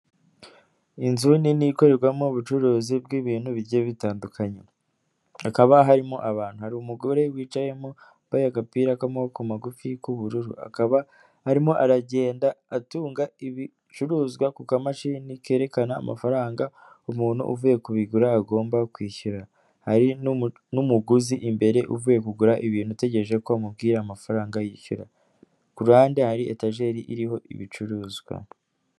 Inzu nini ikorerwamo ubucuruzi bw'ibintu bigiye bitandukanye. Hakaba harimo abantu. Hari umugore wicayemo wambaye agapira k'amaboko magufi k'ubururu. Akaba arimo aragenda atunga ibicuruzwa ku kamashini kerekana amafaranga umuntu uvuye kubigura agomba kwishyura. Hari n'umuguzi imbere uvuye kugura ibintu utegereje ko bamubwira amafaranga yishyura. Ku ruhande hari etajeri iriho ibicuruzwa.